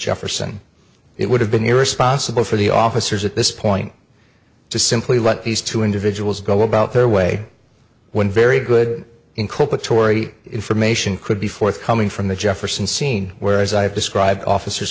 jefferson it would have been irresponsible for the officers at this point to simply let these two individuals go about their way when very good inculpatory information could be forthcoming from the jefferson scene where as i have described officers